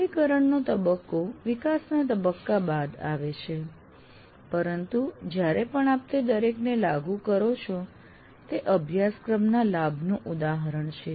અમલીકરણનો તબક્કો વિકાસના તબક્કા બાદ આવે છે પરંતુ જ્યારે પણ આપ તે દરેકને લાગુ કરો છો તે અભ્યાસક્રમના લાભનું ઉદાહરણ છે